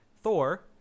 Thor